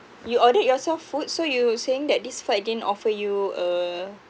you ordered yourself food so you're saying that this flight didn't offer you a